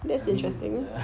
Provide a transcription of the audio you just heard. I mean err